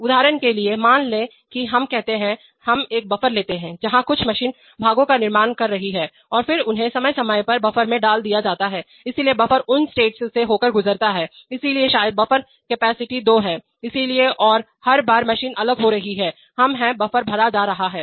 उदाहरण के लिए मान लें कि हम कहते हैं हम एक बफर लेते हैं जहां कुछ मशीन भागों का निर्माण कर रही है और फिर उन्हें समय समय पर बफर में डाल दिया जाता है इसलिए बफर उन स्टेट्स से होकर गुजरता है इसलिए शायद बफर कैपेसिटी दो है इसलिए और हर बार मशीन अलग हो रही है हम हैं बफर भरा जा रहा है